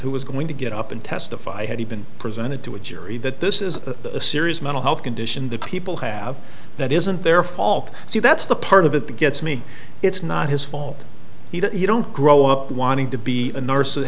who was going to get up and testify had he been presented to a jury that this is a serious mental health condition that people have that isn't their fault so that's the part of it gets me it's not his fault he don't grow up wanting to be a nurse